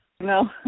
No